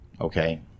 okay